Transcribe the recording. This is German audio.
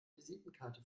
visitenkarte